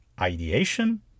Ideation